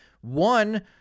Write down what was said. one